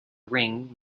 ring